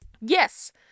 Yes